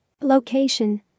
Location